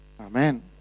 Amen